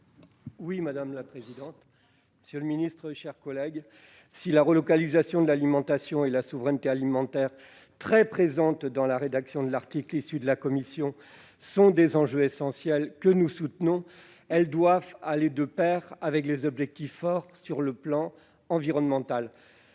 est ainsi libellé : La parole est à M. Joël Labbé. Si la relocalisation de l'alimentation et la souveraineté alimentaire, très présentes dans la rédaction de l'article issu des travaux de la commission, sont des enjeux essentiels que nous soutenons, elles doivent aller de pair avec des objectifs forts sur le plan environnemental.